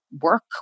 work